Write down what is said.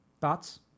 Thoughts